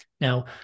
Now